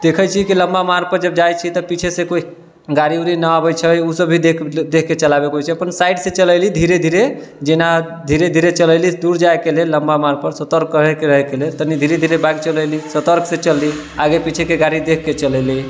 देखै छियै कि लम्बा मार्गपर जब जाइ छियै तऽ पीछेसँ कोइ गाड़ी उड़ी नहि अबै छै उ सब भी देख मतलब देखके चलाबैके होइ छै अपन साइडसँ चलेली धीरे धीरे जेना धीरे धीरे चलेली दूर जाइके लेल लम्बा मार्गपर सतर्क रहैके लेल तनी धीरे धीरे गाड़ी चलेली सतर्कसँ चलली आगे पीछेके गाड़ी देखके चलेली